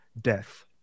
death